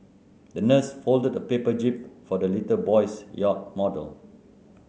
the nurse folded the paper jib for the little boy's yacht model